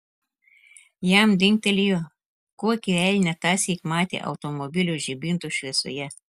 jam dingtelėjo kokį elnią tąsyk matė automobilio žibintų šviesoje